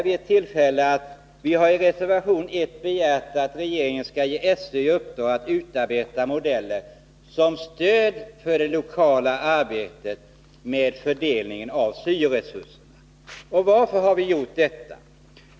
Vi har i reservation 1 begärt att regeringen skall ge SÖ i uppdrag att utarbeta modeller som stöd för det lokala arbetet med fördelningen av syo-resurserna. Varför har vi gjort detta?